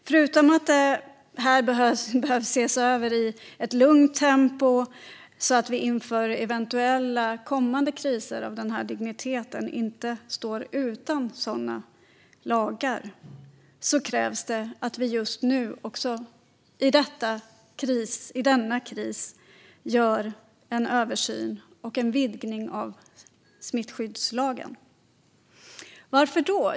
Förutom att detta behöver ses över i ett lugnt tempo, så att vi inför eventuella kommande kriser av denna dignitet inte står utan sådana lagar, krävs det att vi just nu i denna kris gör en översyn och en vidgning av smittskyddslagen. Varför?